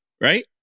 Right